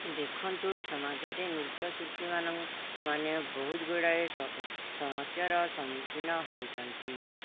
ଦେଖନ୍ତୁ ସମାଜରେ ନୃତ୍ୟଶିଳ୍ପୀମାନ ମାନ ବହୁତ ଗୁଡ଼ାଏ ସମସ୍ୟାର ସମ୍ମୁଖୀନ ହେଉଛନ୍ତି